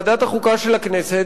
בוועדת החוקה של הכנסת,